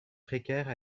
précaires